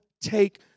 take